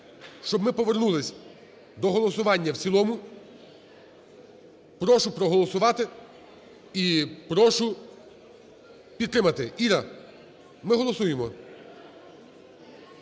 щоб ми повернулися до голосування в цілому, прошу проголосувати і прошу підтримати. Іра, ми голосуємо.